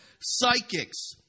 Psychics